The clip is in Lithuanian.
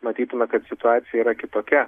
matytume kad situacija yra kitokia